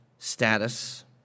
Status